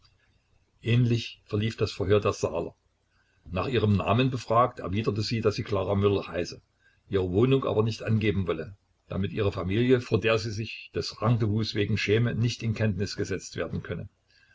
ähnlich verlief das verhör der saaler nach ihrem namen befragt erwiderte sie daß sie klara müller heiße ihre wohnung aber nicht angeben wolle damit ihre familie vor der sie sich des rendezvous wegen schäme nicht in kenntnis gesetzt werden könne